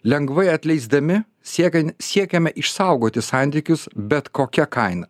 lengvai atleisdami siekian siekiame išsaugoti santykius bet kokia kaina